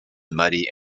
muddy